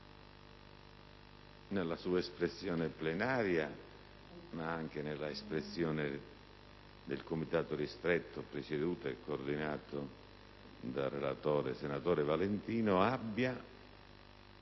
nella sua espressione plenaria ma anche in sede di Comitato ristretto (presieduto e coordinato dal relatore, senatore Valentino), abbia